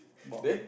there